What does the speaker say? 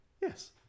Yes